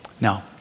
Now